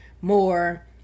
more